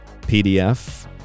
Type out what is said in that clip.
PDF